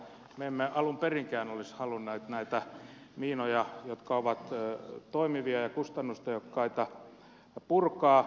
me emme alun perinkään olisi halunneet näitä miinoja jotka ovat toimivia ja kustannustehokkaita purkaa